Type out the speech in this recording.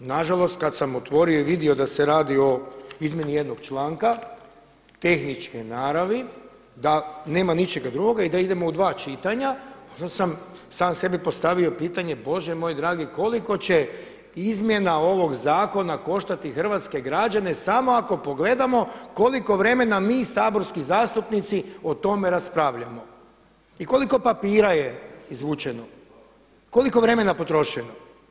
Nažalost, kada sam otvorio i vidio da se radi o izmjeni jednog članka, tehničke naravi da nema ničega drugoga i da idemo u dva čitanja, onda sam sam sebi postavio pitanje Bože moj dragi koliko će izmjena ovog zakona koštati hrvatske građane samo ako pogledamo koliko vremena mi saborski zastupnici o tome raspravljamo i koliko papira je izvučeno, koliko vremena potrošeno.